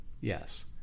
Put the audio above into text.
Yes